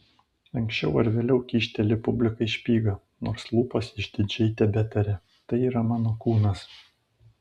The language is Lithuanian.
anksčiau ar vėliau kyšteli publikai špygą nors lūpos išdidžiai tebetaria tai yra mano kūnas